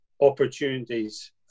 opportunities